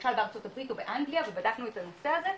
למשל בארצות הברית או באנגליה ובדקנו את הנושא הזה,